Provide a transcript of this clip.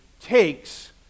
takes